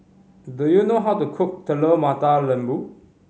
do you know how to cook Telur Mata Lembu